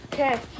Okay